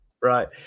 Right